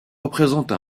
représente